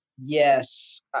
Yes